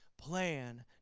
Plan